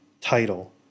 title